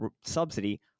subsidy